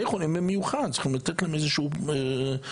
במיוחד לבתי החולים, צריך לתת איזושהי עדיפות.